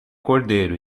cordeiro